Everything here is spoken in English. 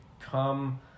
come